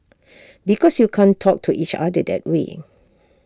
because you can't talk to each other that way